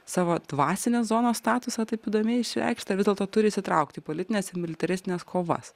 savo dvasinės zonos statusą taip įdomiai išreikšta ar vis dėlto turi įsitraukti į politines ir militaristines kovas